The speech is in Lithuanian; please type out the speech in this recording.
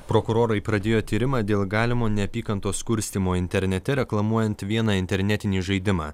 prokurorai pradėjo tyrimą dėl galimo neapykantos kurstymo internete reklamuojant vieną internetinį žaidimą